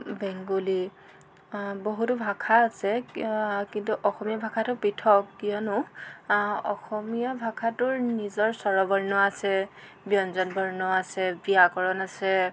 Bengali বহুতো ভাষা আছে কিন্তু অসমীয়া ভাষাটো পৃথক কিয়নো কিয়নো অসমীয়া ভাষাটোৰ নিজৰ স্বৰ বৰ্ণ আছে ব্যঞ্জন বৰ্ণ আছে ব্যাকৰণ আছে